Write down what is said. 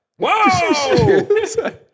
whoa